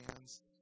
hands